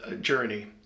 journey